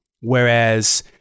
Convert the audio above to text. Whereas